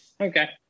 Okay